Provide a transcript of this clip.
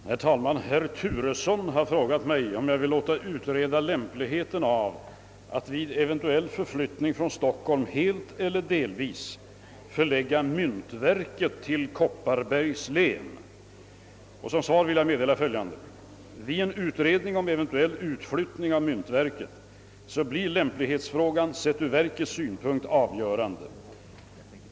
Herr talman! Herr Turesson har frågat mig, om jag vill låta utreda lämpligheten av att vid eventuell förflyttning från Stockholm helt eller delvis förlägga myntverket till Kopparbergs län. Som svar vill jag meddela följande. Vid en utredning om eventuell utflyttning av myntverket blir lämplighetsfrågan sett ur verkets synpunkt avgörande.